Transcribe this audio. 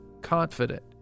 confident